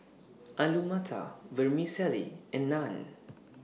Alu Matar Vermicelli and Naan